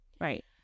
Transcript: Right